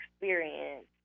experience